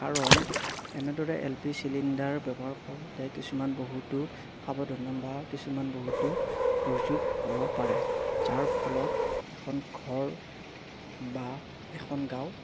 কাৰণ এনেদৰে L P G cylinder ব্যৱহাৰ কৰোঁতে কিছুমান বহুতো সাৱধানতা বা কিছুমান বহুতো দুৰ্যোগ হ'ব পাৰে যাৰ ফলত এখন ঘৰ বা এখন গাঁও